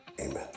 amen